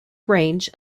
range